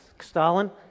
Stalin